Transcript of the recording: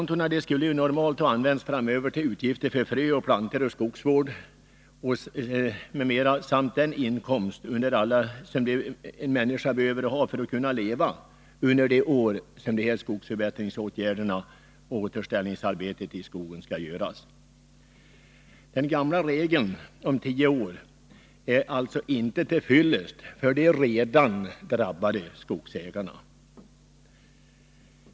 Normalt skall skogskontona användas senare för att täcka utgifter för fröer, plantor, skogsvård m.m. och som inkomstkälla för att vederbörande skall kunna leva under de år då arbetet med plantering och återställande av skogen skall utföras. Den gamla tioårsregeln är alltså inte till fyllest när det gäller redan drabbade skogsägare.